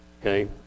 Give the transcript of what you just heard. Okay